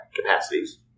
capacities